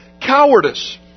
Cowardice